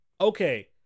okay